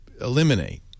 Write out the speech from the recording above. eliminate